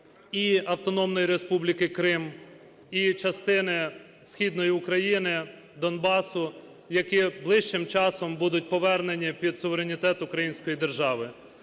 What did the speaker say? і Автономної Республіки Крим, і частини Східної України, Донбасу, які ближчим часом будуть повернені під суверенітет української держави.